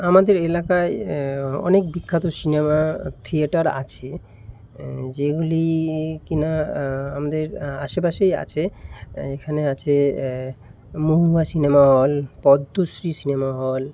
আমাদের এলাকায় অনেক বিখ্যাত সিনেমা থিয়েটার আছে যেগুলি কিনা আমাদের আশেপাশেই আছে এখানে আছে Mahua cinema hall Padmashree cinema হল